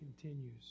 continues